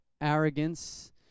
arrogance